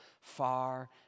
far